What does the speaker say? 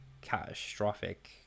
catastrophic